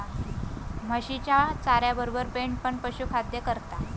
म्हशीच्या चाऱ्यातबरोबर पेंड पण पशुखाद्य असता